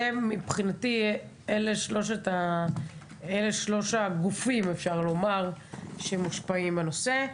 מבחינתי אפשר לומר שאלה שלושת הגופים שמושפעים מהנושא.